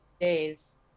days